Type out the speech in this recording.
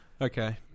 Okay